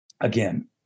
Again